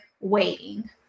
waiting